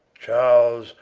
charles,